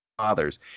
Fathers